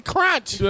Crunch